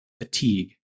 fatigue